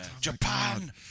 Japan